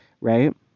right